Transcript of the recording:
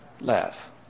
Laugh